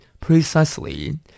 Precisely